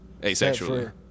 asexually